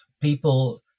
people